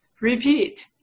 repeat